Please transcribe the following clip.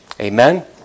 Amen